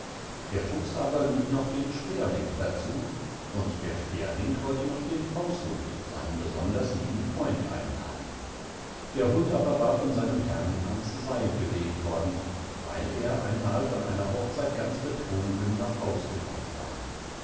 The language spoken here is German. der fuchs aber lud noch den sperling dazu und der sperling wollte noch den haushund seinen besondern lieben freund einladen der hund aber war von seinem herrn ans seil gelegt worden weil er einmal von einer hochzeit ganz betrunken nach haus gekommen war